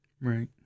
Right